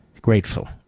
grateful